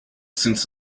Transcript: since